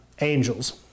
angels